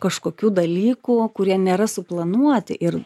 kažkokių dalykų kurie nėra suplanuoti ir